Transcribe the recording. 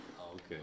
okay